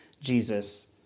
Jesus